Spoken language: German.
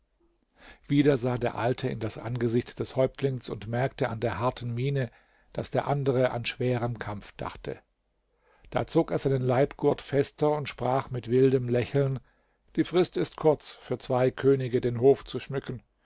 wieder sah der alte in das angesicht des häuptlings und merkte an der harten miene daß der andere an schweren kampf dachte da zog er seinen leibgurt fester und sprach mit wildem lächeln die frist ist kurz für zwei könige den hof zu schmücken